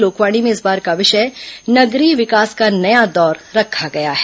लोकवाणी में इस बार का विषय नगरीय विकास का नया दौर रखा गया है